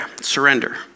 surrender